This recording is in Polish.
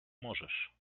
możesz